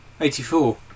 Eighty-four